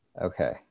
Okay